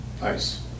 nice